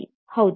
ಕ್ಯೂರಿಯೊ ಹೌದು